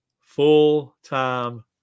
full-time